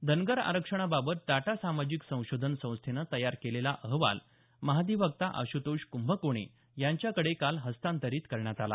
धनगर आरक्षणाबाबत टाटा सामाजिक संशोधन संस्थेनं तयार केलेला अहवाल महाधिवक्ता आश्रतोष कंभकोणी यांच्याकडे काल हस्तांतरीत करण्यात आला